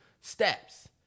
steps